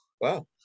Wow